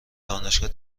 دانشگاه